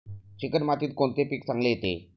Chicken मातीत कोणते पीक चांगले येते?